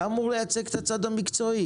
אתה אמור לייצג את הצד המקצועי.